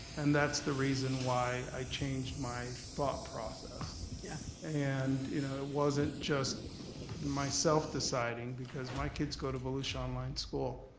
and that's the reason why i changed my thought process. yeah and you know it wasn't just myself deciding, because my kids go to volusia online school.